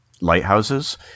lighthouses